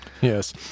yes